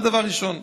זה דבר ראשון.